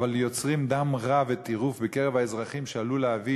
אבל יוצרים דם רע וטירוף בקרב האזרחים שעלולים להביא,